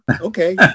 Okay